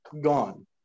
gone